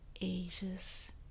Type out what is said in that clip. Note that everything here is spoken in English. ages